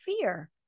fear